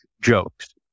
jokes